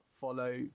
follow